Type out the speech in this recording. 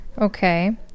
Okay